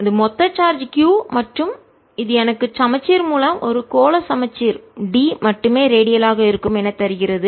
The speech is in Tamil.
இது மொத்த சார்ஜ் Q மற்றும் இது எனக்கு சமச்சீர் மூலம் ஒரு கோள சமச்சீர் D மட்டுமே ரேடியலாக இருக்கும் என தருகிறது